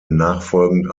nachfolgend